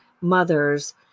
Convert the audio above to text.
mothers